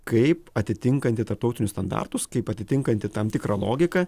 kaip atitinkanti tarptautinius standartus kaip atitinkanti tam tikrą logiką